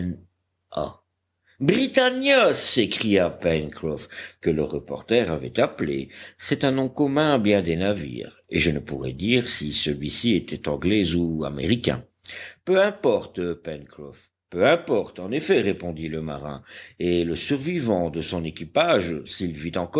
britannia s'écria pencroff que le reporter avait appelé c'est un nom commun à bien des navires et je ne pourrais dire si celuici était anglais ou américain peu importe pencroff peu importe en effet répondit le marin et le survivant de son équipage